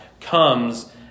comes